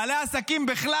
בעלי העסקים בכלל,